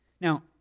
Now